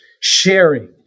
sharing